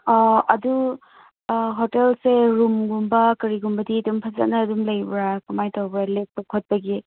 ꯑꯗꯨ ꯍꯣꯇꯦꯜꯁꯦ ꯔꯨꯝꯒꯨꯝꯕ ꯀꯔꯤꯒꯨꯝꯕꯗꯤ ꯑꯗꯨꯝ ꯐꯖꯅ ꯑꯗꯨꯝ ꯂꯩꯕ꯭ꯔꯥ ꯀꯃꯥꯏꯅ ꯇꯧꯕ꯭ꯔꯥ ꯂꯦꯛꯄ ꯈꯣꯠꯄꯒꯤ